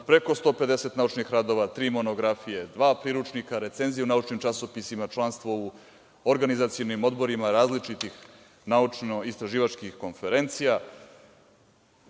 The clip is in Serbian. preko 150 naučnih radova, tri monografije, dva priručnika, recenzije u naučnim časopisima, članstvo u organizacionim odborima različitih naučno-istraživačkih konferencija,